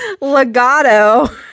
legato